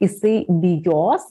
jisai bijos